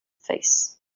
face